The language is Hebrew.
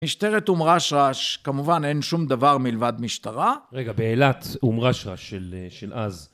משטרת אום רשרש כמובן אין שום דבר מלבד משטרה. רגע באילת, אום רשרש של אז